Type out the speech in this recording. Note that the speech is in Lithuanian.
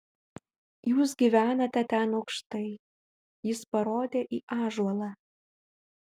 jūs gyvenate ten aukštai jis parodė į ąžuolą